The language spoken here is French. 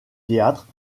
théâtre